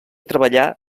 treballà